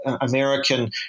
American